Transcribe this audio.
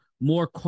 more